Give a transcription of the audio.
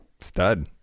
stud